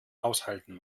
aushalten